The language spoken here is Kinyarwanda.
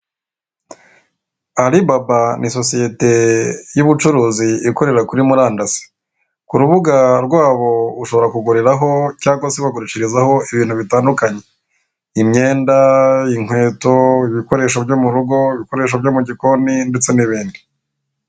Alibaba ni sosiyete y'ubucuruzi ikorera kuri murandasi. Ku rubuga rwabo ushobora kuguriraho cyangwa se wagurishirizaho ibintu bitandukanye. Imyenda, inkweto, ibikoresho byo mu rugo, ibikoresho byo mu gikoni ndetse n'ibindi.